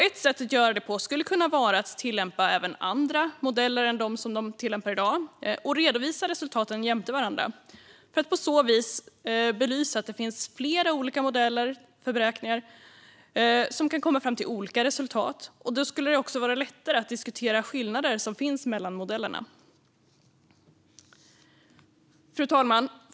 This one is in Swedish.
Ett sätt att göra det på skulle kunna vara att tillämpa även andra modeller än de som man tillämpar i dag och redovisa resultaten jämte varandra för att på så vis belysa att det finns flera olika modeller för beräkningar som kan komma fram till olika resultat. Då skulle det också vara lättare att diskutera skillnader som finns mellan modellerna. Fru talman!